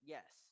Yes